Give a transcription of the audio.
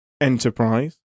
Enterprise